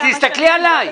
תסתכלי עליי.